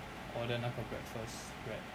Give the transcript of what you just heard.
order 那个 breakfast wrap